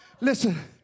Listen